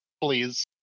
please